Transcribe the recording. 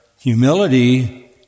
humility